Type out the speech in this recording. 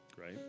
Right